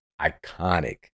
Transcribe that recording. iconic